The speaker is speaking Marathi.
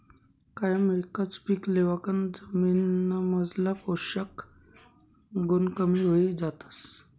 कायम एकच पीक लेवाकन जमीनमझारला पोषक गुण कमी व्हयी जातस